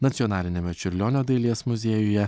nacionaliniame čiurlionio dailės muziejuje